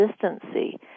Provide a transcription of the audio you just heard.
consistency